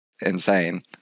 insane